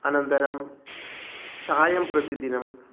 अनन्तरं चायं प्रतिदिनम्